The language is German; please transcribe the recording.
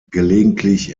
gelegentlich